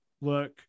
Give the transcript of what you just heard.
look